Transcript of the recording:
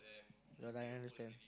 no lah I understand